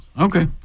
Okay